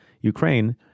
Ukraine